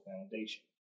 foundation